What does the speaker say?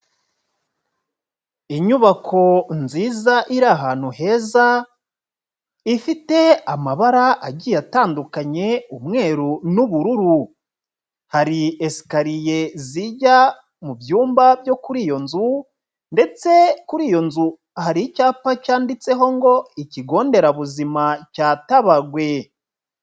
Inyubako nziza iri ahantu heza, ifite amabara agiye atandukanye, umweru n'ubururu, hari esikariye zijya mu byumba byo kuri iyo nzu, ndetse kuri iyo nzu hari icyapa cyanditseho ngo:'' Ikigo nderabuzima cya Tabagwe.''